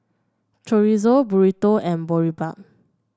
Chorizo Burrito and Boribap